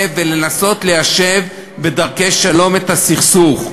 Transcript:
ולנסות ליישב בדרכי שלום את הסכסוך.